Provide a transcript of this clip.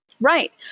right